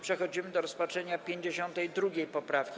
Przechodzimy do rozpatrzenia 52. poprawki.